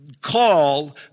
call